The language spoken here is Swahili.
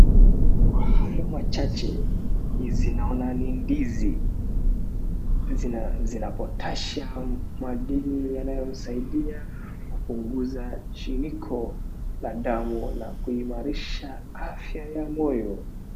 Kwa hayo machache, hizi naona ni ndizi, zina potassium madini yanayosaidia kupunguza shiniko la damu na kuimarisha afya ya moyo.